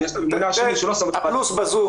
הפלוס בזום,